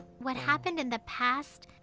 what happened in the past.